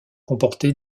comporter